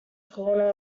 corner